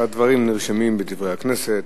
הדברים נרשמים ב"דברי הכנסת".